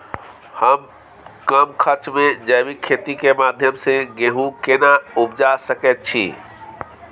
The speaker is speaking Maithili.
हम कम खर्च में जैविक खेती के माध्यम से गेहूं केना उपजा सकेत छी?